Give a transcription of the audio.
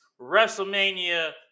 WrestleMania